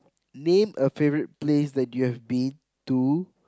name a favourite place that you have been to